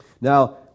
Now